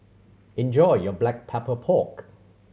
enjoy your Black Pepper Pork